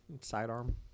sidearm